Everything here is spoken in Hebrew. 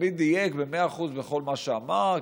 שתמיד דייק במאה אחוז בכל מה שאמר,